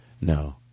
No